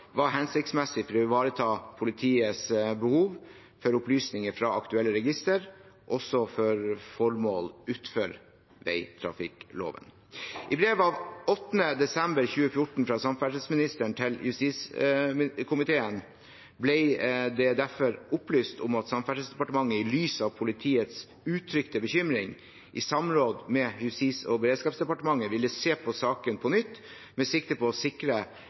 var hensiktsmessig for å ivareta politiets behov for opplysninger fra aktuelle register, også for formål utenfor veitrafikkloven. I brev av 8. desember 2014 fra samferdselsministeren til justiskomiteen ble det derfor opplyst om at Samferdselsdepartementet i lys av politiets uttrykte bekymring i samråd med Justis- og beredskapsdepartementet ville se på saken på nytt med sikte på å sikre